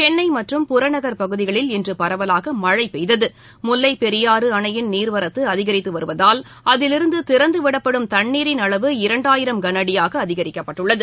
சென்னை மற்றும் புறநகர் பகுதிகளில் இன்று பரவலாக மழை பெய்தது முல்லைப் பெரியாறு அணையின் நீர்வரத்து அதிகரித்து வருவதால் அதில் இருந்து திறந்துவிடப்படும் தண்ணீரின் அளவு இரண்டாயிரம் கனஅடியாக அதிகரிக்கப்பட்டுள்ளது